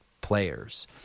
players